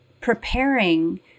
preparing